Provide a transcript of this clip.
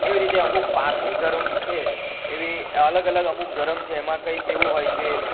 એવી રીતે અમુક પારસી ધર્મ છે એવી અલગ અલગ અમુક ધર્મ છે એમાં કંઇક એવું હોય કે